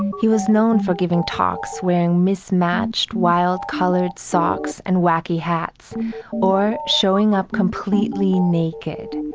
he was known for giving talks wearing mismatched wild colored socks and wacky hats or showing up completely naked.